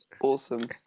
Awesome